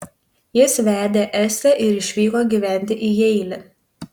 jis vedė estę ir išvyko gyventi į jeilį